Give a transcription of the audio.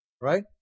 Right